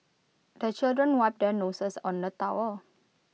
the children wipe their noses on the towel